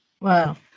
Wow